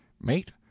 Mate